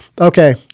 Okay